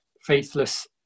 faithless